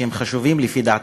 שהם חשובים לפי דעתי.